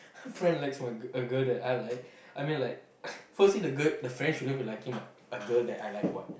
a friend likes a a girl that I like I mean like firstly the girl the friend shouldn't be liking a girl that I like what